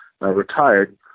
retired